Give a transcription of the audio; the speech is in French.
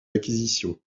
acquisitions